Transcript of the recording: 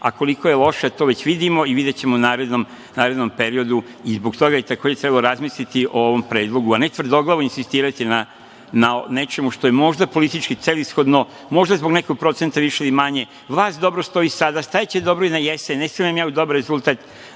a koliko je loša to već vidimo i videćemo u narednom periodu i zbog toga takođe treba razmisliti o ovom predlogu, a ne tvrdoglavo insistirati na nečemu što je možda politički celishodno, možda zbog nekog procenta više ili manje. Vlast dobro stoji sada, stajaće dobro i na jesen, ne sumnjam ja u dobar rezultat